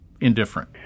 indifferent